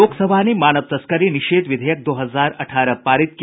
लोकसभा ने मानव तस्करी निषेध विधेयक दो हजार अठारह पारित किया